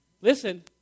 Listen